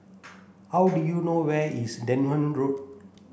how do you know where is Denham Road